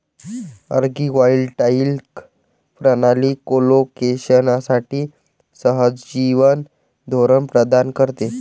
agrivoltaic प्रणाली कोलोकेशनसाठी सहजीवन धोरण प्रदान करते